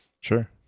Sure